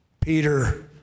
Peter